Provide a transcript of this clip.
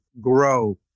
grow